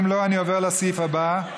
אם לא, אני עובר לסעיף הבא.